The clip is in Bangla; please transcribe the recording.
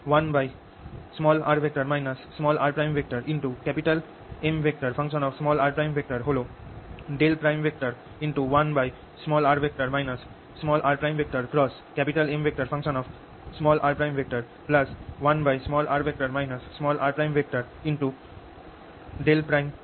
×1r rMr হল 1r rMr 1r r Mr